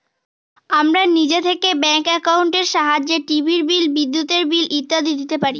আমরা নিজে থেকে ব্যাঙ্ক একাউন্টের সাহায্যে টিভির বিল, বিদ্যুতের বিল ইত্যাদি দিতে পারি